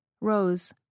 rose